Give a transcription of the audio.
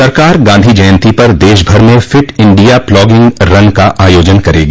सरकार गांधी जयन्ती पर देशभर में फिट इंडिया प्लॉगिंग रन का आयोजन करेगी